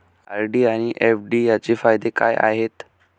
RD आणि FD यांचे फायदे काय आहेत?